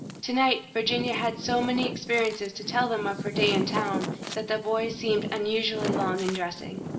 to-night virginia had so many experiences to tell them of her day in town that the boys seemed unusually long in dressing.